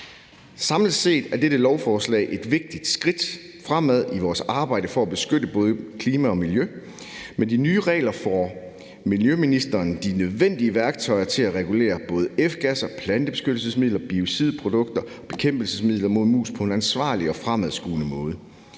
Samlet set er dette lovforslag et vigtigt skridt fremad i vores arbejde for at beskytte både klima og miljø. Med de nye regler får miljøministeren de nødvendige værktøjer til at regulere både F-gasser, plantebeskyttelsesmidler, biocidprodukter og bekæmpelsesmidler mod mus på en ansvarlig og fremadskuende måde.